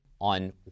on